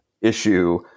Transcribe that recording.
issue